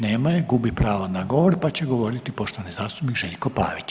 Nema je, gubi pravo na govor pa će govoriti poštovani zastupnik Željko Pavić.